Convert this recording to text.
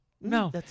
no